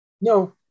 No